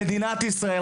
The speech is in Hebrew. במדינת ישראל,